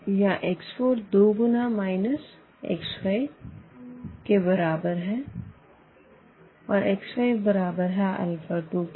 यहाँ x 4 दोगुना minus x 5 के बराबर है और x 5 बराबर है अल्फा 2 के